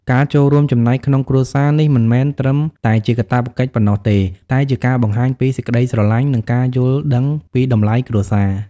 ការចូលរួមចំណែកក្នុងគ្រួសារ នេះមិនមែនត្រឹមតែជាកាតព្វកិច្ចប៉ុណ្ណោះទេ តែជាការបង្ហាញពីសេចក្តីស្រឡាញ់ និងការយល់ដឹងពីតម្លៃគ្រួសារ។